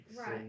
Right